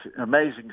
amazing